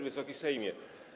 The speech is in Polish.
Wysoki Sejmie!